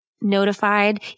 notified